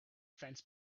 fence